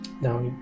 Now